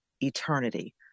eternity